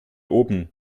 oben